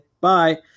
Bye